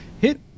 Hit